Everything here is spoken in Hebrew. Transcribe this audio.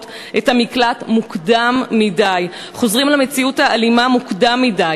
את המקלט מוקדם מדי וחוזרים למציאות האלימה מוקדם מדי